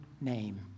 name